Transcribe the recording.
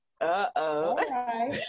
Uh-oh